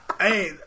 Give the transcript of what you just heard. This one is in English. hey